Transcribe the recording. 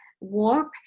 warp